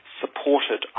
supported